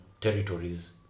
territories